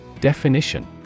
Definition